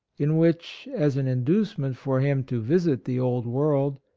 in which, as an inducement for him to visit the old world,